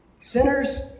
sinners